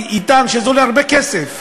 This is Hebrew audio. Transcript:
ויטען שזה עולה הרבה כסף.